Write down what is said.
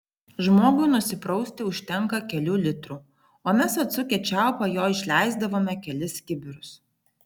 žmogui nusiprausti užtenka kelių litrų o mes atsukę čiaupą jo išleisdavome kelis kibirus